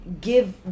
give